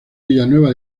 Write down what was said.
villanueva